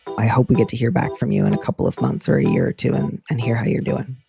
i hope we get to hear back from you in a couple of months or a year or two and and hear how you're doing